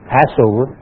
Passover